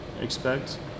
expect